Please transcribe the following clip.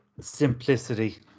simplicity